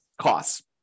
costs